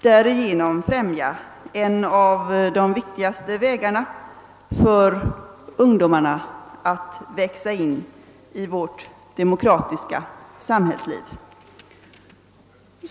Därigenom främjas en av de viktigaste vägarna för ungdomarna att växa in i vårt demokratiska samhällsliv.